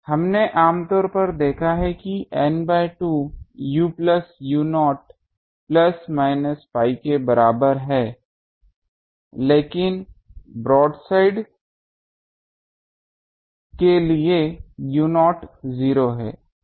हमने आम तौर पर देखा है कि N by 2 u plus u0 plus minus pi के बराबर है लेकिन ब्रोडसाइड के लिए u0 0 है